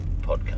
podcast